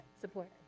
Support